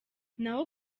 naho